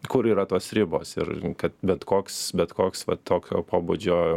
kur yra tos ribos ir kad bet koks bet koks va tokio pobūdžio